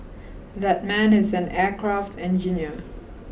that man is an aircraft engineer